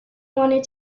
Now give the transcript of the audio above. wanted